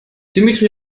dimitri